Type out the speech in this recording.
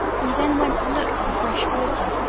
we then went to look for fresh water,